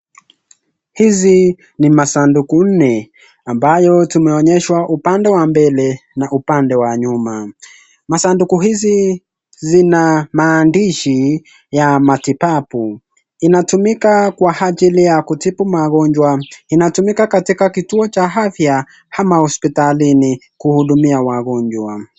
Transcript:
Hizi ni masanduku nne ambayo tumeonyeshwa upande wa mbele na upande wa nyuma. Masanduku hizi zinamaandishi ya matibabu inatumika kwa ajili ya kutibu magonjwa. Inatumika katika kituo cha afya ama hospitalini kuhudumia wagonjwa.